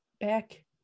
back